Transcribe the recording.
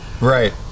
Right